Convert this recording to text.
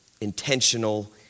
intentional